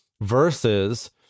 versus